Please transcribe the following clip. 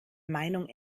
meinung